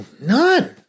None